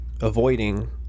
avoiding